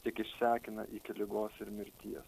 tik išsekina iki ligos ir mirties